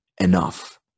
enough